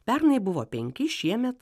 pernai buvo penki šiemet